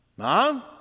mom